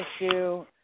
issue